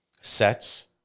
sets